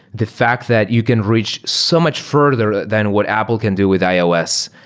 the fact that you can reach so much further than what apple can do with ios.